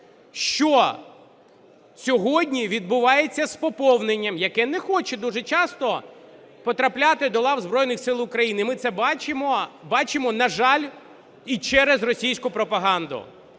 що сьогодні відбувається з поповненням, яке не хоче дуже часто потрапляти до лав Збройних Сил України. І ми це бачимо, бачимо, на жаль, і через російську пропаганду.